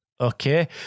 Okay